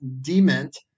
Dement